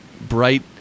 bright